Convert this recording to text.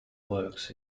works